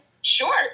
Sure